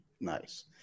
Nice